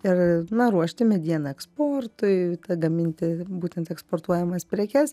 ir na ruošti medieną eksportui gaminti būtent eksportuojamas prekes